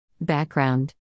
Background